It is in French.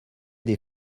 des